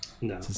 No